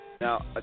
Now